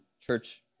church